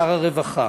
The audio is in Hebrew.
שר הרווחה.